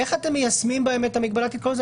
איך אתם מיישמים בהם את המגבלה הזו?